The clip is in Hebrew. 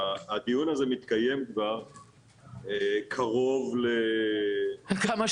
הדיון הזה מתקיים כבר כמה שנים.